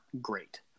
great